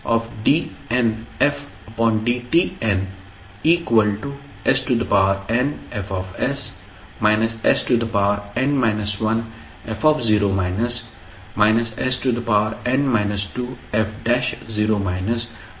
Ldnfdtn snFs sn 1f sn 2f0